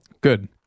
good